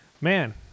man